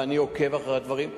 ואני עוקב אחרי הדברים,